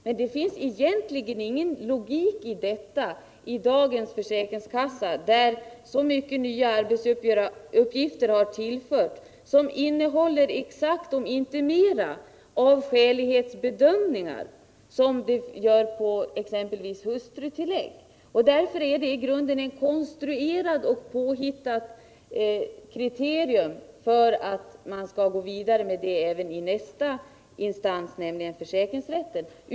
Men det finns egentligen ingen logik i detta när i dagens försäkringskassa så många nya arbetsuppgifter tillkommit, som innehåller lika mycket, om inte mera, av skälighetsbedömningar som exempelvis i fråga om hustrutillägg. Därför är det ett konstruerat och påhittat kriterium för att man skall gå vidare även till nästa instans, nämligen försäkringsrätten.